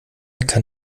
kann